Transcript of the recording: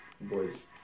boys